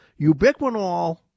Ubiquinol